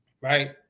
right